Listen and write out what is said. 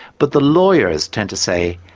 but the lawyers tend to say,